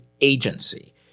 agency